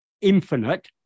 infinite